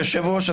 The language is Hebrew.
היושב-ראש,